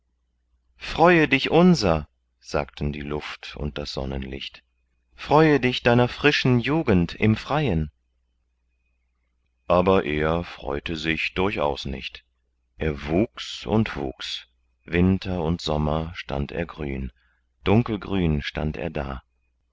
freue dich unser sagten die luft und das sonnenlicht freue dich deiner frischen jugend im freien aber er freute sich durchaus nicht er wuchs und wuchs winter und sommer stand er grün dunkelgrün stand er da